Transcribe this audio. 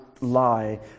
lie